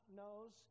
knows